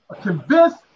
convinced